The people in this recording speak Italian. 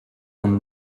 con